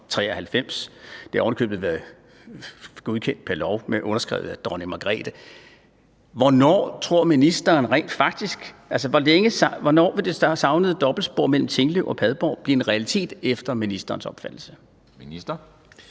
1993. Det har ovenikøbet være godkendt ved lov og underskrevet af dronning Margrethe. Hvornår tror ministeren rent faktisk, at det savnede dobbeltspor mellem Tinglev og Padborg vil blive en realitet? Kl. 14:04 Formanden